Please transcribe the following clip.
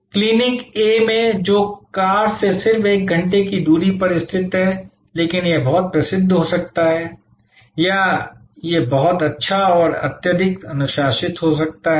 और clinic A में जो कार से सिर्फ 1 घंटे की दूरी पर स्थित है लेकिन यह बहुत प्रसिद्ध हो सकता है या यह बहुत अच्छा और अत्यधिक अनुशंसित हो सकता है